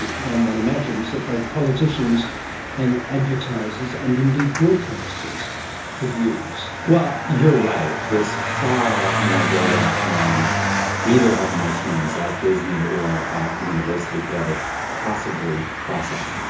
one one imagines that both politicians and advertisers and indeed broadcasters could use. you're right, there is far more data than either of my teams at disney or at the university could ever possibly process.